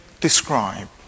describe